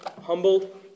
humbled